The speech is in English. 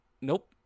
nope